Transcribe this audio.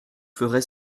ferez